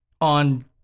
on